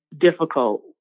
difficult